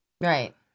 Right